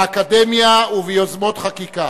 באקדמיה וביוזמות חקיקה.